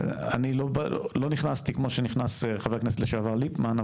לא נכנסתי כמו שנכנס חבר הכנסת לשעבר ליפמן,